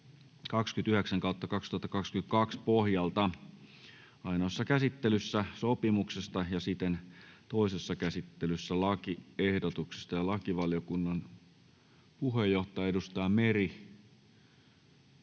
29/2022 vp pohjalta ainoassa käsittelyssä sopimuksesta ja sitten toisessa käsittelyssä lakiehdotuksista. — Lakivaliokunnan puheenjohtaja, edustaja Meri,